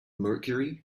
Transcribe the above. mercury